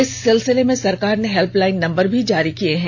इस सिलसिले में सरकार ने हेल्पलाईन नम्बर भी जारी किये हैं